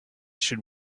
should